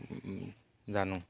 জানোঁ